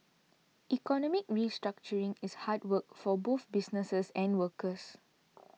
economic restructuring is hard work for both businesses and workers